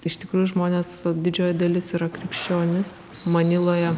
iš tikrųjų žmonės didžioji dalis yra krikščionys maniloje